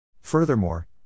Furthermore